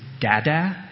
dada